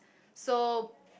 so